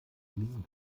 diesen